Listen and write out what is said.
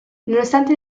nonostante